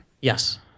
Yes